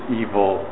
evil